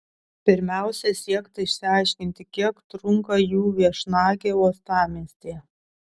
pirmiausia siekta išsiaiškinti kiek trunka jų viešnagė uostamiestyje